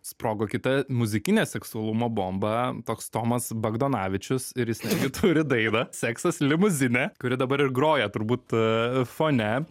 sprogo kita muzikinė seksualumo bomba toks tomas bagdonavičius ir jis netgi turi dainą seksas limuzine kuri dabar ir groja turbūt fone